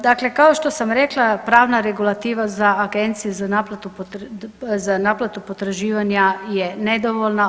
Dakle, kao što sam rekla pravna regulativa za Agencije za naplatu potraživanja je nedovoljna.